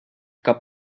cap